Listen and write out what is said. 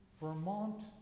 Vermont